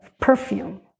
perfume